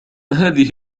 هذه